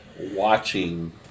watching